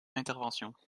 intervention